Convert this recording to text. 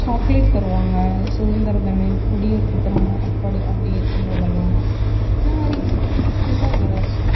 chocolate தருவாங்க சுதந்திரம் தினம் குடியரசு தினம் அப்படி அப்படி இருக்கும் போதெல்லாம் இந்தமாதிரி இதுதான் இலவசம்